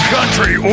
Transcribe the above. Country